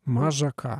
maža ką